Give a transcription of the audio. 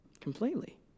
Completely